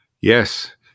Yes